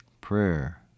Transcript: Prayer